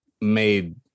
made